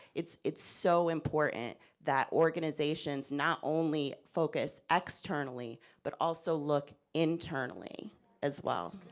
it's it's so important that organizations not only focus, externally but also look internally as well.